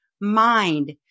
mind